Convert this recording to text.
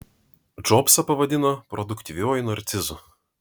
džobsą pavadino produktyviuoju narcizu